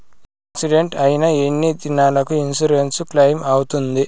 Accident అయిన ఎన్ని దినాలకు ఇన్సూరెన్సు క్లెయిమ్ అవుతుంది?